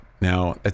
Now